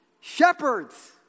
Shepherds